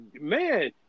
man